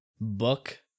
book